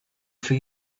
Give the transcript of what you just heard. for